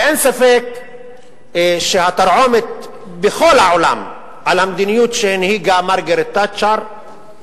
אין ספק שהתרעומת בכל העולם על המדיניות שהנהיגה מרגרט תאצ'ר היא